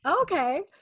Okay